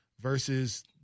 versus